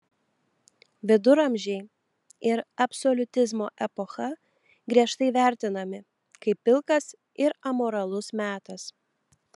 viduramžiai ir absoliutizmo epocha griežtai vertinami kaip pilkas ir amoralus metas